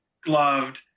gloved